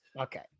Okay